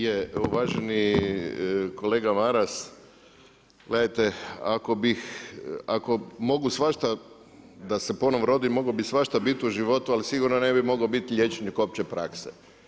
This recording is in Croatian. Je, uvaženi kolega Maras, gledajte ako mogu svašta da se ponovno rodim mogao bih svašta biti u životu, ali sigurno ne bi mogao biti liječnik opće prakse.